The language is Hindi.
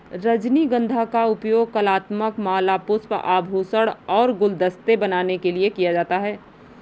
रजनीगंधा का उपयोग कलात्मक माला, पुष्प, आभूषण और गुलदस्ते बनाने के लिए किया जाता है